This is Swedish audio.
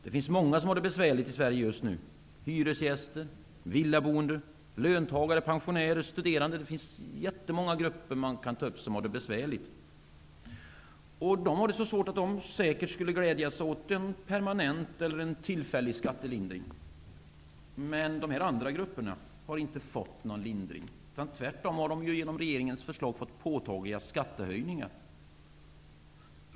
Det finns många som har det besvärligt i Sverige just nu: hyresgäster, villaboende, löntagare, pensionärer, studerande. Man kan nämna många grupper som har det besvärligt. De har det så svårt att de säkert skulle vara glada åt en permanent eller tillfällig skattelindring. Men de grupperna har inte fått någon lindring. Genom regeringens förslag har de tvärtom fått påtagliga skattehöjningar.